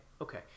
okay